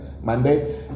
Monday